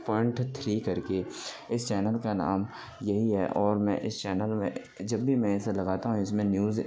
point three کر کے اس چینل کا نام یہی ہے اور میں اس چینل میں جب بھی میں اسے لگاتا ہوں اس میں نیوز